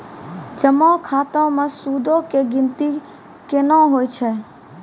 जमा खाता मे सूदो के गिनती केना होय छै?